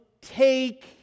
take